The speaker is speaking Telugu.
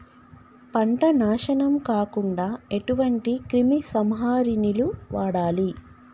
పంట నాశనం కాకుండా ఎటువంటి క్రిమి సంహారిణిలు వాడాలి?